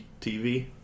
TV